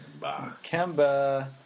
Kemba